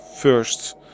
first